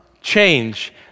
change